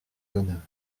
honneurs